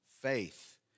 faith